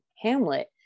Hamlet